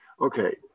Okay